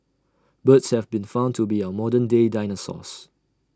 birds have been found to be our modern day dinosaurs